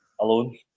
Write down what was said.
alone